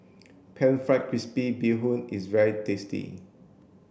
pan fried crispy bee hoon is very tasty